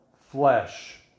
flesh